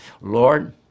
lord